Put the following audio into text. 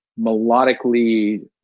melodically